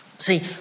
See